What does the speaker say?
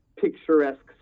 picturesque